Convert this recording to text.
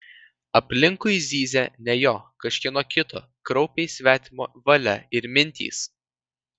aplinkui zyzė ne jo kažkieno kito kraupiai svetimo valia ir mintys